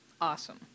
awesome